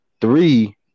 three